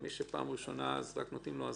מי שפעם ראשונה אז רק נותנים לו אזהרה,